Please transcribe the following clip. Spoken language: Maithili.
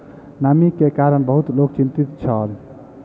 नमी के कारण बहुत लोक चिंतित छल